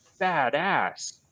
badass